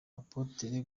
apotre